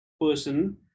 person